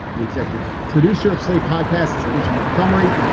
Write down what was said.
the executive producer of slate podcasts, is alicia montgomery.